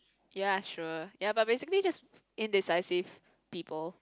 ya sure ya but basically just indecisive people